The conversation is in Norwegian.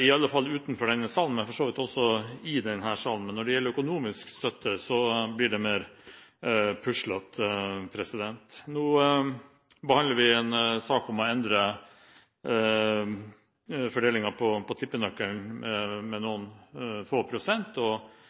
i alle fall utenfor denne sal, men for så vidt også i denne sal – men når det gjelder økonomisk støtte, blir det mer puslete. Nå behandler vi en sak om å endre fordelingen av tippenøkkelen med noen få prosent, og